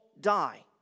die